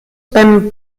beim